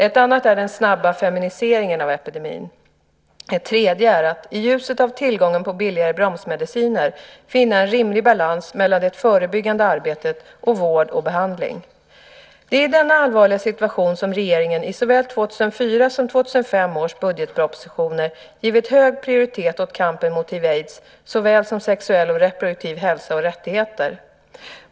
Ett annat är den snabba feminiseringen av epidemin. Ett tredje är att, i ljuset av tillgången på billigare bromsmediciner, finna en rimlig balans mellan det förebyggande arbetet och vård och behandling. Det är i denna allvarliga situation som regeringen i såväl 2004 som 2005 års budgetpropositioner givit hög prioritet åt kampen mot hiv/aids såväl som sexuell och reproduktiv hälsa och rättigheter, SRHR.